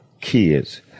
kids